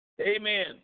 Amen